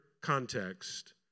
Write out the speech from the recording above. context